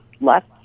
left